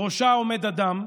בראשה עומד אדם,